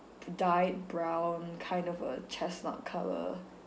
dyed brown kind of a chestnut colour